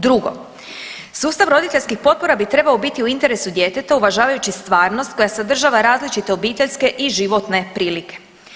Drugo, sustav roditeljskih potpora bi trebao biti u interesu djeteta uvažavajući stvarnost koja sadržava različite obiteljske i životne prilike.